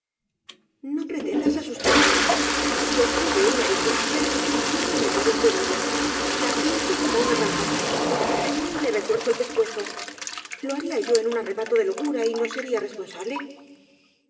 no pretendas asustarme si ocurre una des gracia yo no me paro en pelillos la pincho como á una rata la araño y le retuerzo el pescuezo lo haría yo en un arrebato de locura y no sería